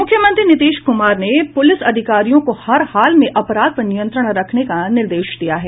मूख्यमंत्री नीतीश कूमार ने पूलिस अधिकारियों को हर हाल में अपराध पर नियंत्रण रखने का निर्देश दिया है